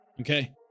okay